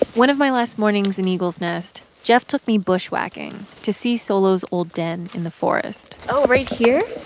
one of my last mornings in eagle's nest, jeff took me bushwhacking to see solo's old den in the forest oh, right here?